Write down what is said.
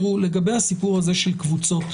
לגבי הסיפור הזה של קבוצות